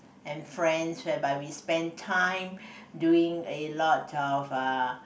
and friends whereby we spend time during a lot of uh